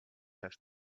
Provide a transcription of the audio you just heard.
have